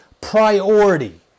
priority